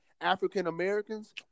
African-Americans